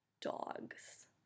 Dogs